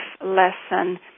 lesson